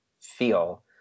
feel